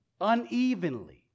unevenly